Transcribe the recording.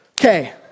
Okay